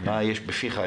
מה יש בפיך?